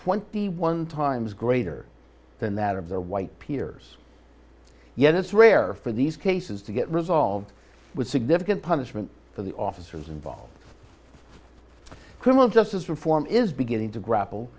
twenty one times greater than that of their white peers yet it's rare for these cases to get resolved with significant punishment for the officers involved criminal justice reform is beginning to grapple